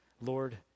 lord